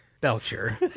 Belcher